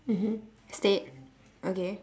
mmhmm stayed okay